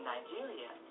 Nigeria